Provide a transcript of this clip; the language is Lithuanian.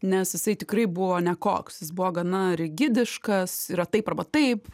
nes jisai tikrai buvo nekoks jis buvo gana rigidiškas yra taip arba taip